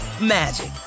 magic